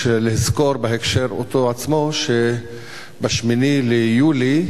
יש לזכור באותו הקשר עצמו שב-8 ביולי